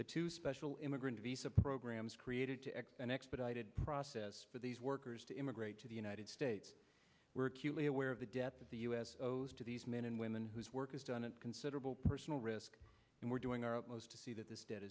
the two special immigrant visa programs created to act an expedited process for these workers to immigrate to the united states were acutely aware of the death of the u s to these men and women whose work is done at considerable personal risk and we're doing our utmost to see that this de